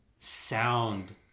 sound